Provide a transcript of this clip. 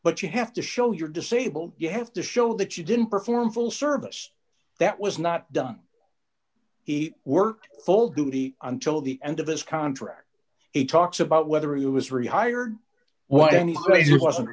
but you have to show your disabled you have to show that you didn't perform full service that was not done he worked full duty until the end of his contract he talks about whether it was rehired wh